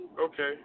Okay